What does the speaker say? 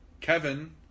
Kevin